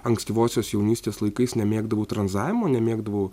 ankstyvosios jaunystės laikais nemėgdavau tranzavimo nemėgdavau